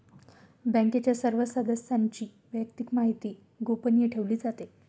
बँकेच्या सर्व सदस्यांची वैयक्तिक माहिती गोपनीय ठेवली जाते